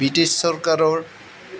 British চৰকাৰৰ